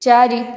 ଚାରି